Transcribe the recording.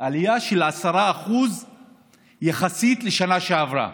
עלייה של 10% יחסית לשנה שעברה,